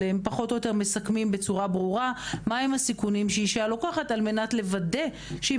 הם מסכמים בצורה ברורה מה הם הסיכונים שאישה לוקחת על מנת לוודא שהיא